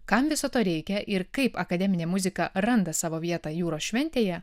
kam viso to reikia ir kaip akademinė muzika randa savo vietą jūros šventėje